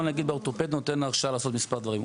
שנניח האורתופד נותן הרשאה לעשות מספר דברים.